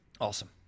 Awesome